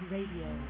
Radio